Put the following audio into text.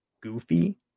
goofy